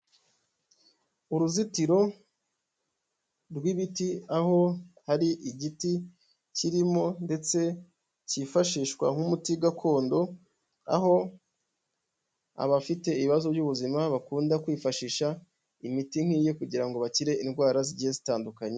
Uruzitiro rw'ibiti, aho hari igiti kirimo ndetse cyifashishwa nk'umuti gakondo, aho abafite ibibazo by'ubuzima bakunda kwifashisha imiti nk'iyi kugira ngo bakire indwara zigiye zitandukanye.